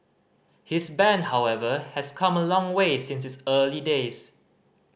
his band however has come a long way since its early days